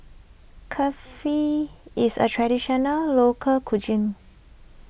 Kulfi is a Traditional Local Cuisine